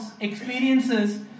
experiences